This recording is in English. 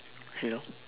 hello